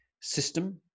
system